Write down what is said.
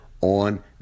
on